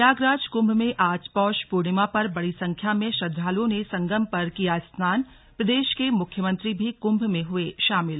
प्रयागराज कुंभ में आज पौष पूर्णिमा पर बड़ी संख्या में श्रद्धालुओं ने संगम पर किया स्नान प्रदेश के मुख्यमंत्री भी क्भ में हुए शामिल